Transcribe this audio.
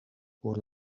por